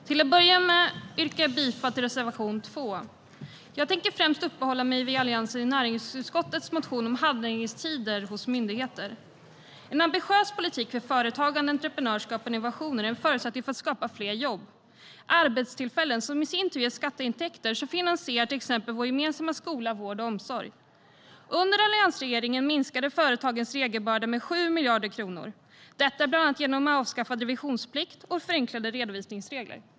Herr talman! Till att börja med yrkar jag bifall till reservation 2. Jag tänker främst uppehålla mig vid motionen från Alliansens ledamöter i näringsutskottet om handläggningstider hos myndigheter. En ambitiös politik för företagande, entreprenörskap och innovationer är en förutsättning för att skapa fler jobb. Det är arbetstillfällen som i sin tur ger skatteintäkter som finansierar till exempel vår gemensamma skola, vård och omsorg. Under alliansregeringen minskade företagens regelbörda med 7 miljarder kronor, bland annat genom avskaffad revisionsplikt och förenklade redovisningsregler.